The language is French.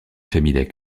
familles